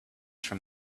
from